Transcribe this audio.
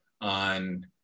on